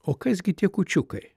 o kas gi tie kūčiukai